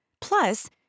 Plus